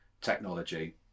technology